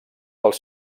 dels